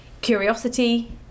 Curiosity